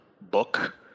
book